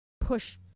push